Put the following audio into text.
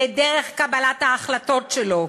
לדרך קבלת ההחלטות שלו,